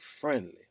friendly